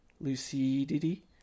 Lucidity